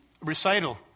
recital